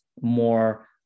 more